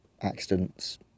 accidents